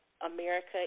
America